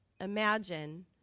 imagine